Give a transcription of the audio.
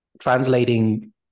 translating